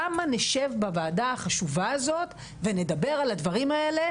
כמה נשב בוועדה החשובה הזאת ונדבר על הדברים האלה,